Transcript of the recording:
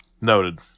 Noted